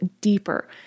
deeper